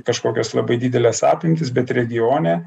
kažkokios labai didelės apimtys bet regione